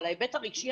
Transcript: אבל ההיבט הרגשי,